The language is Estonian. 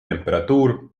temperatuur